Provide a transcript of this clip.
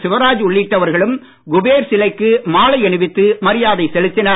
சிவராஜ் உள்ளிட்டவர்களும் குபேர் சிலைக்கு மாலை அணிவித்து மரியாதை செலுத்தினர்